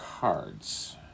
cards